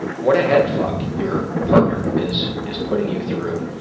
what a head fuck your partner is is putting you through.